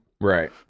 Right